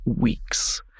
weeks